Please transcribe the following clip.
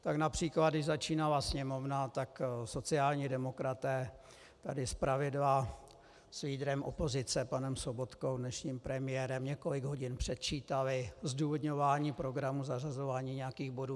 Tak např. když začínala sněmovna, tak sociální demokraté tady zpravidla s lídrem opozice panem Sobotkou, dnešním premiérem, několik hodin předčítali zdůvodňování programu, zařazování nějakých bodů.